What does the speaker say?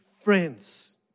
Friends